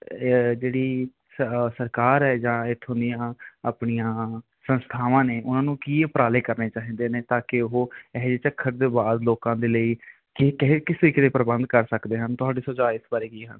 ਜਿਹੜੀ ਸ ਸਰਕਾਰ ਹੈ ਜਾਂ ਇੱਥੋਂ ਦੀਆਂ ਆਪਣੀਆਂ ਸੰਸਥਾਵਾਂ ਨੇ ਉਹਨਾਂ ਨੂੰ ਕੀ ਉਪਰਾਲੇ ਕਰਨੇ ਚਾਹੀਦੇ ਨੇ ਤਾਂ ਕਿ ਉਹ ਇਹੋ ਜਿਹੇ ਝੱਖੜ ਦੇ ਬਾਅਦ ਲੋਕਾਂ ਦੇ ਲਈ ਕੀ ਕਿਹੇ ਕਿਸੇ ਕਿਹੜੇ ਪ੍ਰਬੰਧ ਕਰ ਸਕਦੇ ਹਨ ਤੁਹਾਡੇ ਸੁਝਾਅ ਇਸ ਬਾਰੇ ਕੀ ਹਨ